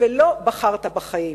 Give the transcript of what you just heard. ולא בחרת בחיים.